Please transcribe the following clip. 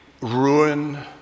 ruin